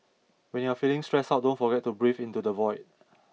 when you are feeling stressed out don't forget to breathe into the void